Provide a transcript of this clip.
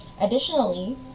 Additionally